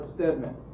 Stedman